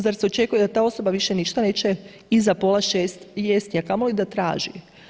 Zar se očekuje da ta osoba više ništa neće iza pola 6 jesti a kamoli da traži.